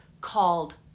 called